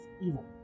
evil